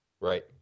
Right